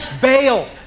Bail